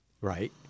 right